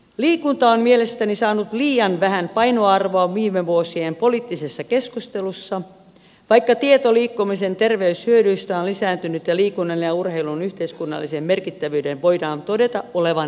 liikunta on mielestäni saanut liian vähän painoarvoa viime vuosien poliittisessa keskustelussa vaikka tieto liikkumisen terveyshyödyistä on lisääntynyt ja liikunnan ja urheilun yhteiskunnallisen merkittävyyden voidaan todeta olevan nousussa